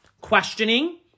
Questioning